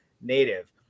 native